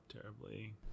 terribly